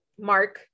mark